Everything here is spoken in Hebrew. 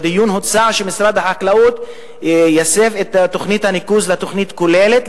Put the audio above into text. בדיון הוצע שמשרד החקלאות יסב את תוכנית הניקוז לתוכנית כוללת,